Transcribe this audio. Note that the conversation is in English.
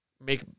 make